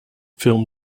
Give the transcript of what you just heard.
film